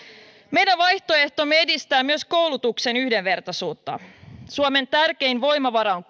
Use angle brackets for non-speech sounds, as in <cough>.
meidän vaihtoehtomme edistää myös koulutuksen yhdenvertaisuutta suomen tärkein voimavara on <unintelligible>